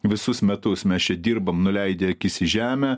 visus metus mes čia dirbam nuleidę akis į žemę